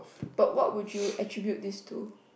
but what would you attribute this to